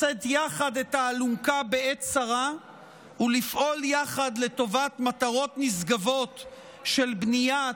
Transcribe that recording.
לשאת יחד את האלונקה בעת צרה ולפעול יחד לטובת מטרות נשגבות של בנייה,